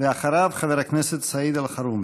אחריו, חבר הכנסת סעיד אלחרומי.